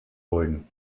beugen